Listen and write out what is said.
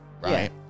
right